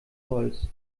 holz